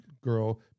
girl